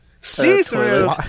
See-through